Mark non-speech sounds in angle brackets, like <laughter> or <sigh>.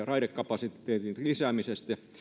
<unintelligible> raidekapasiteetin lisäämisestä